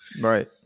right